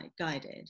guided